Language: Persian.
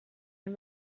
این